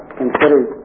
considered